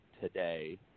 today